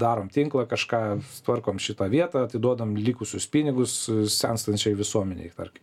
darom tinklą kažką tvarkom šitą vietą atiduodam likusius pinigus senstančiai visuomenei tarkim